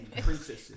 princesses